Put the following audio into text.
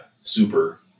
Super